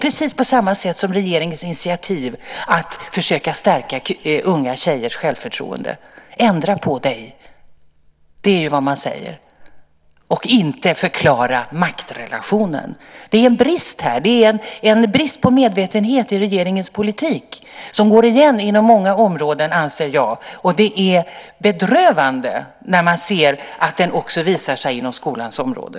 Precis på samma sätt är det med regeringens initiativ att försöka stärka unga tjejers självförtroende - ändra på dig. Det är vad man säger och inte förklarar maktrelationen. Det är en brist här. Det är en brist på medvetenhet i regeringens politik som går igen inom många områden, anser jag. Det är bedrövande när man ser att den också visar sig inom skolans område.